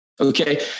Okay